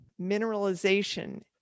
mineralization